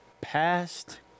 Past